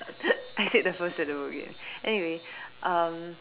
I said that first syllable again anyway um